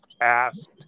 asked